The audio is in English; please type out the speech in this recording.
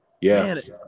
Yes